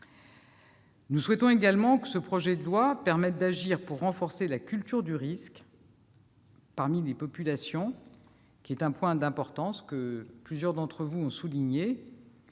Nous souhaitons également que ce projet de loi permette d'agir pour renforcer la culture du risque parmi les populations. C'est un point d'importance, plusieurs d'entre vous l'ont souligné.